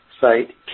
site